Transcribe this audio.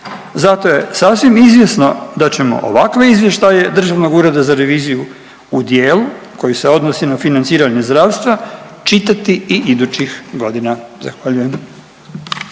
Zato je sasvim izvjesno da ćemo ovakve izvještaje DUR-a u dijelu koji se odnosi na financiranje zdravstva čitati i idućih godina. Zahvaljujem.